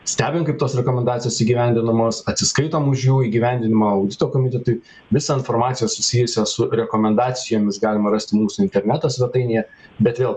stebim kaip tos rekomendacijos įgyvendinamos atsiskaitom už jų įgyvendinimą audito komitetui visą informaciją susijusią su rekomendacijomis galima rasti mūsų interneto svetainėje bet vėl